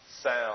sound